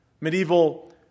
Medieval